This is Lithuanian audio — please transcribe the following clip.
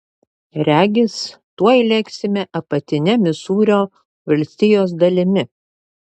regis tuoj lėksime apatine misūrio valstijos dalimi